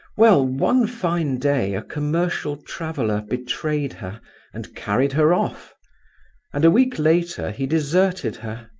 well, one fine day a commercial traveller betrayed her and carried her off and a week later he deserted her.